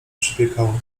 przypiekało